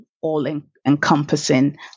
all-encompassing